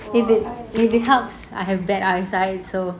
if it if it helps I have bad eyesight also